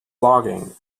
logging